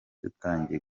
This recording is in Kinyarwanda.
dutangiye